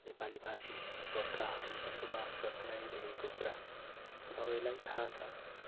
नेपाली भाषी गोर्खाहरू बसोबास गर्दै आइरहेको कुरा सबलाई थाहा छ